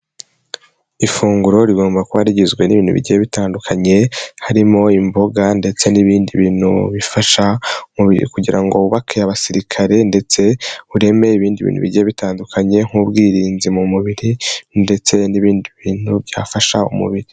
Ifunguro rigomba kuba rigizwe n'ibintu bigiye bitandukanye, harimo imboga ndetse n'ibindi bintu bifasha umubiri kugira ngo wubake abasirikare ndetse ureme ibindi bintu bigiye bitandukanye nk'ubwirinzi mu mubiri ndetse n'ibindi bintu byafasha umubiri.